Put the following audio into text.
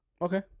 Okay